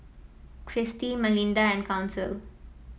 Kirstie Malinda and Council